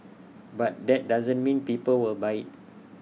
but that doesn't mean people will buy IT